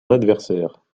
adversaire